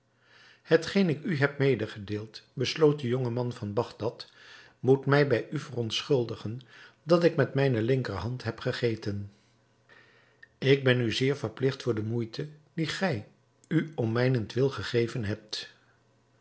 hetgeen ik u heb medegedeeld besloot de jonge man van bagdad moet mij bij u verontschuldigen dat ik met mijne linkerhand heb gegeten ik ben u zeer verpligt voor de moeite die gij u om mijnentwil gegeven hebt